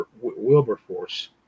Wilberforce